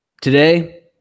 Today